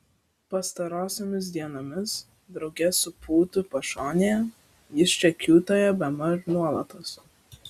pastarosiomis dienomis drauge su pūtu pašonėje jis čia kiūtojo bemaž nuolatos